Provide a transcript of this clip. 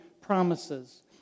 promises